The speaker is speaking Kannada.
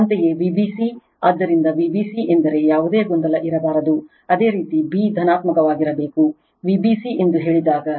ಅಂತೆಯೇ Vbc ಆದ್ದರಿಂದ Vbc ಎಂದರೆ ಯಾವುದೇ ಗೊಂದಲ ಇರಬಾರದು ಅದೇ ರೀತಿ b ಧನಾತ್ಮಕವಾಗಿರಬೇಕು Vbc ಎಂದು ಹೇಳಿದಾಗ